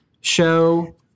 show